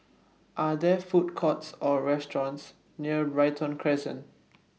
Are There Food Courts Or restaurants near Brighton Crescent